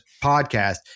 podcast